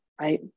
right